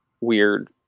Weird